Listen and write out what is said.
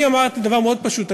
אני אמרתי דבר מאוד פשוט,